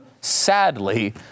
sadly